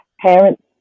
parents